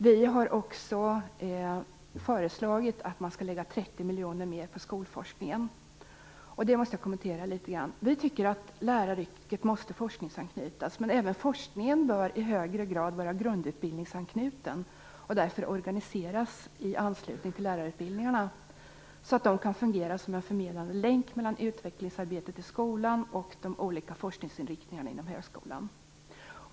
Vi har också föreslagit att man skall lägga ytterligare 30 miljoner på skolforskningen. Det måste jag kommentera litet grand. Vi tycker att läraryrket måste forskningsanknytas. Men även forskningen bör i högre grad vara grundutbildningsanknuten och därför organiseras i anslutning till lärarutbildningarna så att de kan fungera som en förmedlande länk mellan utvecklingsarbetet i skolan och de olika forskningsinriktningarna inom högskolan.